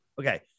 Okay